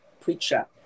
preacher